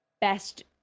best